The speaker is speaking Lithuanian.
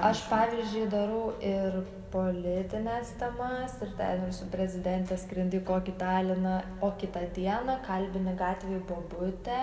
aš pavyzdžiui darau ir politines temas ir ten ir su prezidente skrendi į kokį taliną o kitą dieną kalbini gatvėj bobutę